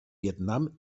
vietnam